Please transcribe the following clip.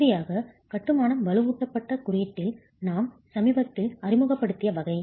இறுதியாக கட்டுமானம் வலுவூட்டப்பட்ட குறியீட்டில் நாம் சமீபத்தில் அறிமுகப்படுத்திய வகை